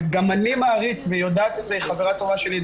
וגם אני מעריץ ויודעת את זה חברה טובה שלי,